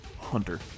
Hunter